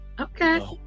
Okay